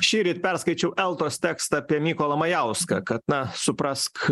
šįryt perskaičiau eltos tekstą apie mykolą majauską kad na suprask